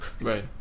Right